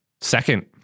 second